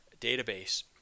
database